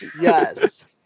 yes